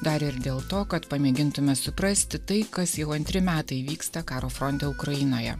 dar ir dėl to kad pamėgintume suprasti tai kas jau antri metai vyksta karo fronte ukrainoje